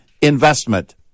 investment